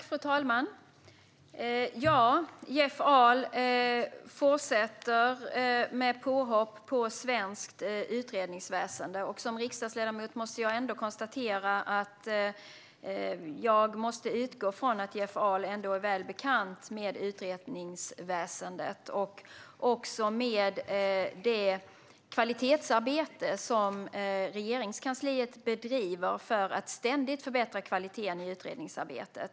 Fru talman! Jeff Ahl fortsätter med påhopp på svenskt utredningsväsen. Jag måste dock utgå från att Jeff Ahl som riksdagsledamot ändå är väl bekant med utredningsväsendet och också med det kvalitetsarbete som Regeringskansliet bedriver för att ständigt förbättra kvaliteten i utredningsarbetet.